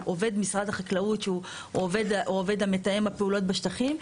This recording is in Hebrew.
עובד משרד החקלאות שהוא עובד המתאם הפעולות בשטחים,